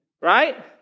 Right